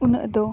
ᱩᱱᱟᱹᱜ ᱫᱚ